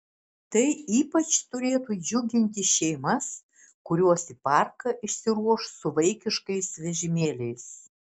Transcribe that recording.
tai ypač turėtų džiuginti šeimas kurios į parką išsiruoš su vaikiškais vežimėliais